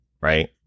right